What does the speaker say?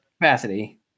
capacity